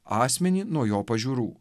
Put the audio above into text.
asmenį nuo jo pažiūrų